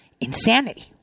insanity